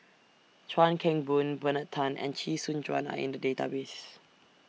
Chuan Keng Boon Bernard Tan and Chee Soon Juan Are in The Database